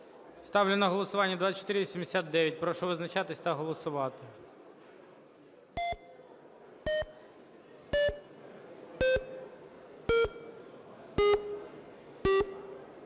Ставлю на голосування правку 2491. Прошу визначатися та голосувати.